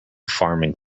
farming